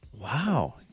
Wow